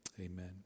Amen